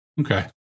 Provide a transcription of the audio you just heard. Okay